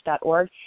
org